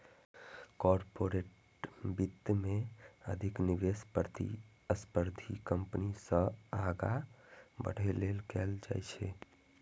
corporate वित्त मे अधिक निवेश प्रतिस्पर्धी कंपनी सं आगां बढ़ै लेल कैल जाइ छै